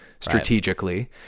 strategically